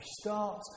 start